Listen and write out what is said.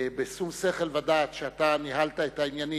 בשום שכל ודעת ניהלת את העניינים,